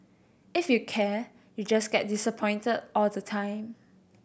if you care you just get disappointed all the time